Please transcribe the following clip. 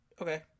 Okay